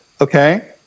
Okay